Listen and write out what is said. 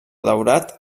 daurat